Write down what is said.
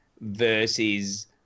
versus